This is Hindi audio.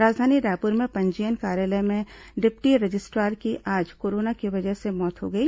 राजधानी रायपुर में पंजीयन कार्यालय के डिप्टी रजिस्ट्रार की आज कोरोना की वजह से मौत हो गई